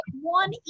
one